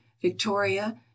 victoria